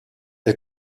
est